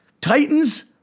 Titans